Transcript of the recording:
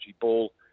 Ball